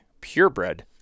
purebred